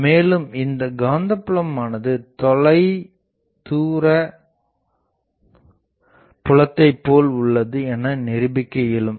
மேலும் இந்த காந்த புலமானது தொலை தொலை தூர புலத்த போல் உள்ளது எனநிரூபிக்க இயலும்